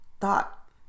thought